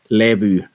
levy